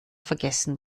vergessen